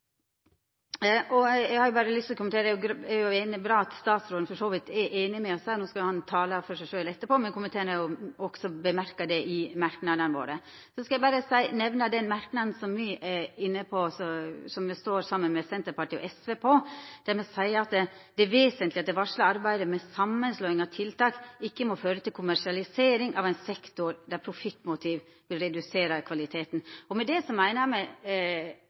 arbeid. Eg har berre lyst til å kommentera at det er veldig bra at statsråden for så vidt er einig med oss. No skal han få tala for seg etterpå, men komiteen har også nemnt det i merknadene. Så vil eg berre nemna den merknaden der me, saman med Senterpartiet og SV, skriv at «det er vesentlig at det varslede arbeidet med sammenslåing av tiltak ikke må føre til kommersialisering av en sektor der profittmotiv vil redusere kvaliteten». Med det meiner me